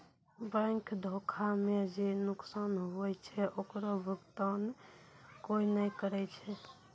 bank धोखा मे जे नुकसान हुवै छै ओकरो भुकतान कोय नै करै छै